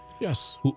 Yes